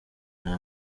nta